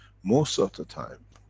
most of the time,